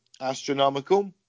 Astronomical